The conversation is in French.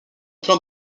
plan